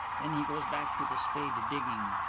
then he goes back to the spade digging.